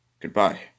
goodbye